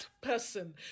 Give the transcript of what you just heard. Person